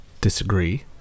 disagree